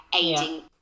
aiding